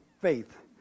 faith